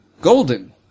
Golden